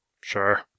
Sure